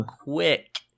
quick